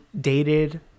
dated